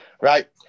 right